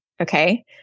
Okay